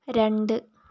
രണ്ട്